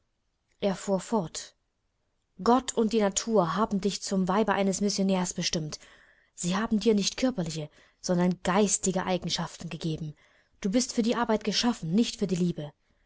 er fuhr fort gott und die natur haben dich zum weibe eines missionärs bestimmt sie haben dir nicht körperliche sondern geistige eigenschaften gegeben du bist für die arbeit geschaffen nicht für die liebe